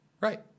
Right